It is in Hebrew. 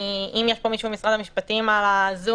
אם יש פה מישהו ממשרד המשפטים בזום,